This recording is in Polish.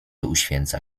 uświęca